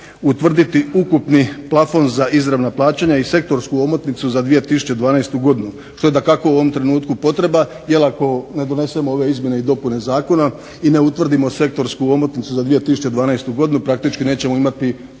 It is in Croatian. utvrditi ukupni plafon za izravna plaćanja i sektorsku omotnicu za 2012. godinu što je dakako u ovom trenutku potreba, jer ako ne donesemo ove izmjene i dopune zakona i ne utvrdimo sektorsku omotnicu za 2012. godinu praktički nećemo imati